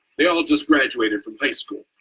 they all just graduated from high school,